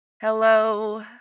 Hello